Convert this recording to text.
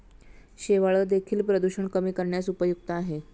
शेवाळं देखील प्रदूषण कमी करण्यास उपयुक्त आहे